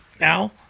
Now